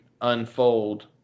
unfold